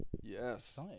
Yes